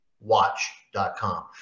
watch.com